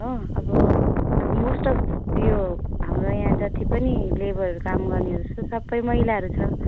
हो अब most of यो हाम्रो यहाँ जति पनि लेबरहरू काम गर्नेहरू छ सबै महिलाहरू छ